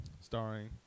starring